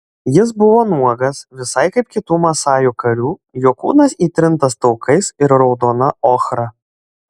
jis buvo nuogas visai kaip kitų masajų karių jo kūnas įtrintas taukais ir raudona ochra